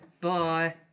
Bye